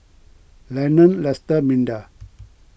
Lenon Lesta Minda